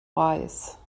wise